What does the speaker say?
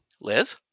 Liz